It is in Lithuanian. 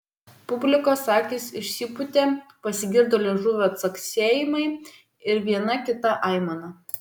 publikos akys išsipūtė pasigirdo liežuvio caksėjimai ir viena kita aimana